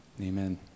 Amen